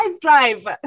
Drive